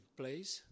place